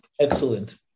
Excellent